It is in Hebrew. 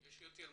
יש יותר משפחות.